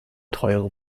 teure